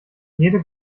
jede